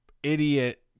Idiot